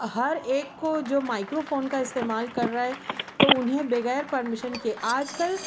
ہر ایک کو جو مائیکرو فون کا استعمال کر رہا ہے تو انہیں بغیر پرمیشن کے آج کل